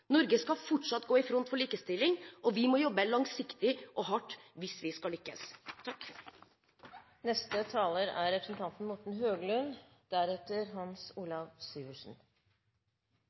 Norge skal fortsatt gå i front for likestilling, og vi må jobbe langsiktig og hardt hvis vi skal lykkes.